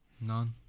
None